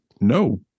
No